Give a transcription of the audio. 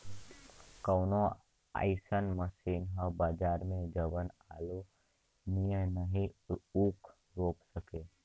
कवनो अइसन मशीन ह बजार में जवन आलू नियनही ऊख रोप सके?